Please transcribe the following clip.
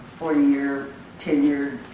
forty year tenured